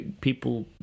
people